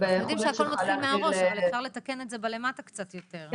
אנחנו יודעים שהכל מתחיל מהראש אבל אפשר לתקן את זה קצת מלמטה קצת יותר.